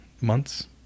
months